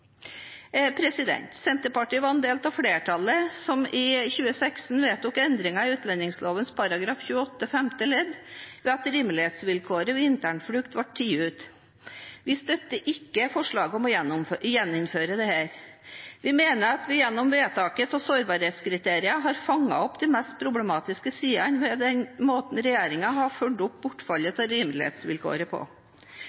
Senterpartiet var en del av flertallet som i 2016 vedtok endringer i utlendingsloven § 28 femte ledd, ved at rimelighetsvilkåret ved internflukt ble tatt ut. Vi støtter ikke forslaget om å gjeninnføre dette. Vi mener at vi gjennom vedtaket av sårbarhetskriterier har fanget opp de mest problematiske sidene ved den måten regjeringen har fulgt opp bortfallet